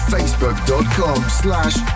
Facebook.com/slash